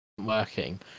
working